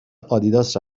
آدیداس